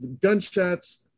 Gunshots